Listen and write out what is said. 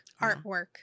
Artwork